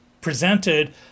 presented